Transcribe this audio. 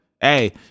hey